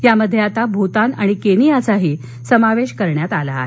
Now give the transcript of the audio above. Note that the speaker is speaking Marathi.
यामध्ये आता भूतान आणि केनयाचाही समावेश करण्यात आला आहे